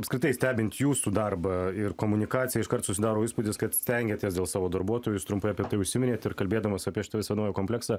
apskritai stebint jūsų darbą ir komunikaciją iškart susidaro įspūdis kad stengiatės dėl savo darbuotojų jūs trumpai apie tai užsiminėt ir kalbėdamas apie šitą visą naują kompleksą